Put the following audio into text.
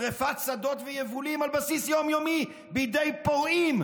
שרפת שדות ויבולים על בסיס יום-יומי בידי פורעים,